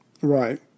Right